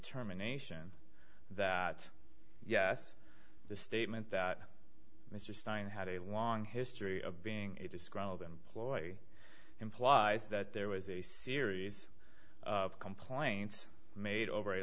determination that yes the statement that mr stein had a long history of being a disgruntled employee implies that there was a series of complaints made over a